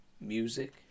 music